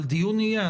אבל דיון יהיה.